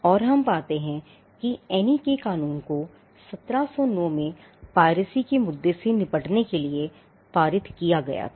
और हम पाते हैं कि ऐनी के क़ानून को 1709 में पाइरेसी के मुद्दे से निपटने के लिए पारित किया गया था